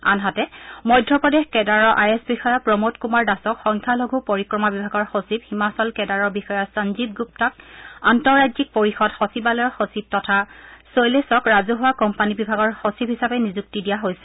আনহাতে মধ্য প্ৰদেশ কেডাৰৰ I S বিষয়া প্ৰমোদ কুমাৰ দাসক সংখ্যালঘু পৰিক্ৰমা বিভাগৰ সচিব হিমাচল কেডাৰৰ বিষয়া সঞ্জীৱ গুপ্তাক আন্তঃৰাজ্যিক পৰিষদ সচিবালয়ৰ সচিব তথা শৈলেশক ৰাজহুৱা কোম্পানী বিভাগৰ সচিব হিচাপে নিযুক্তি দিয়া হৈছে